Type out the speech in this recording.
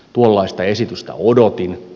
tuollaista esitystä odotin